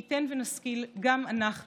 מי ייתן ונשכיל גם אנחנו